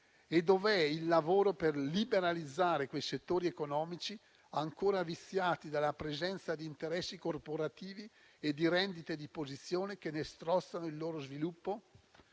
Dov'è il lavoro per liberalizzare quei settori economici ancora viziati dalla presenza di interessi corporativi e di rendite di posizione che ne strozzano lo sviluppo?